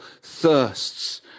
thirsts